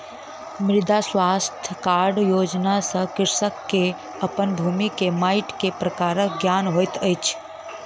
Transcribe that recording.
मृदा स्वास्थ्य कार्ड योजना सॅ कृषक के अपन भूमि के माइट के प्रकारक ज्ञान होइत अछि